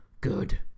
good